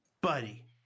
buddy